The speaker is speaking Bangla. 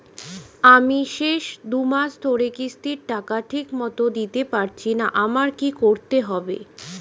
আমি শেষ দুমাস ধরে কিস্তির টাকা ঠিকমতো দিতে পারছিনা আমার কি করতে হবে?